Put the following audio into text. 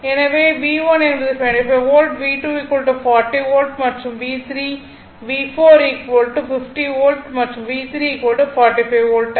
எனவே V1 என்பது 25 volt V2 40 volt மற்றும் V4 r 50 வோல்ட் மற்றும் V3 r 45 வோல்ட்